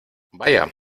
vaya